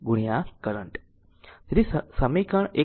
તેથી સમીકરણ 1